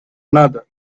another